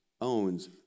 owns